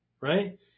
Right